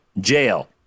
Jail